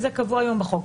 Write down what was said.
כי זה קבוע היום בחוק.